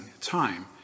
time